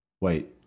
wait